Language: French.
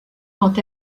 quant